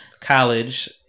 college